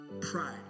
Pride